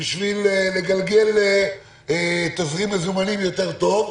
בשביל לגלגל תזרים מזומנים יותר טוב,